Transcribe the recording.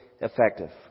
effective